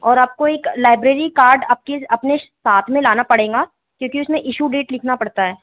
और आपको एक लाइब्रेरी कार्ड आपके अपने साथ में लाना पड़ेगा क्योंकि उसमें इशू डेट लिखना पड़ता है